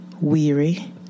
Weary